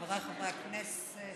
חבריי חברי הכנסת,